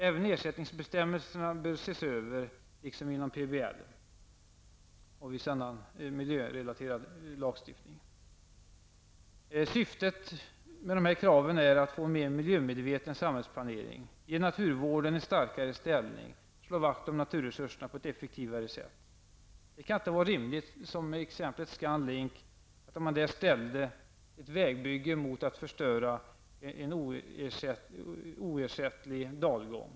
Även ersättningsbestämmelserna bör ses över, liksom inom PBL och viss annan miljörelaterad lagstiftning. Syftet med de här kraven är att få en mer miljömedveten samhällsplanering, att ge naturvården en starkare ställning och att slå vakt om naturresurserna på ett effektivare sätt. Det kan inte vara rimligt att man gör som i exemplet ScanLink, där man som ett alternativ till ett vägbygge ställde förstöring av en oersättlig dalgång.